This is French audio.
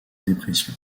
dépression